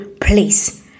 place